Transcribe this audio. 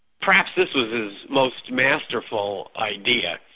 perhaps this was his most masterful idea,